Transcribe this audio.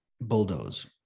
bulldoze